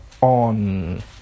on